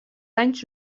anys